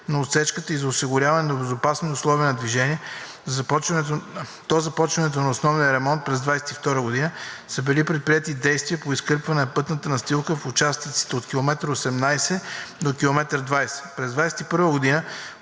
на отсечката и за осигуряване на безопасни условия на движение, до започването на основния ремонт през 2022 г. са били предприети действия по изкърпване на пътната настилка в участъците от км 18 до км 20. През 2021 г.